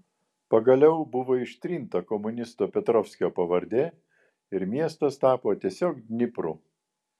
pagaliau buvo ištrinta komunisto petrovskio pavardė ir miestas tapo tiesiog dnipru